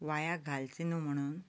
वाऱ्याक घालचें न्हय म्हणून